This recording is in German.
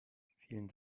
vielen